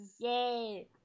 yay